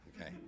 okay